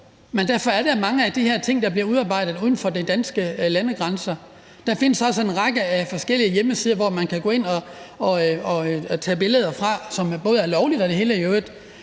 (DF): Men mange af de her ting bliver udarbejdet uden for de danske landegrænser. Der findes også en række forskellige hjemmesider, som man kan gå ind at tage billeder fra – som i øvrigt er lovligt og det hele – og